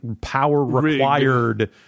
power-required